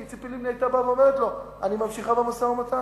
כי ציפי לבני היתה אומרת לו: אני ממשיכה במשא-ומתן,